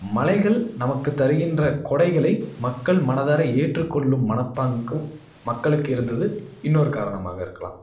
மலைகள் நமக்கு தருகின்ற கொடைகளை மக்கள் மனதார ஏற்றுக் கொள்ளும் மனப்பாங்கு மக்களுக்கு இருந்தது இன்னொரு காரணமாக இருக்கலாம்